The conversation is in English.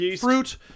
Fruit